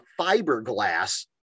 fiberglass